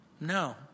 No